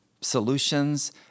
solutions